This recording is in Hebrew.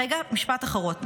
רגע, משפט אחרון.